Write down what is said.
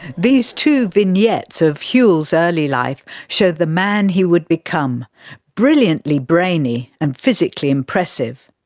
these two vignettes of whewell's early life show the man he would become brilliantly brainy and physically impressive.